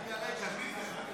להעביר את